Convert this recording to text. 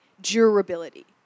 durability